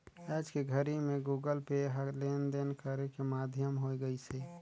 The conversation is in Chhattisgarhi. आयज के घरी मे गुगल पे ह लेन देन करे के माधियम होय गइसे